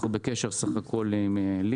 אנחנו בקשר עם לינה,